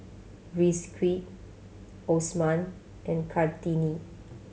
Rizqi Osman and Kartini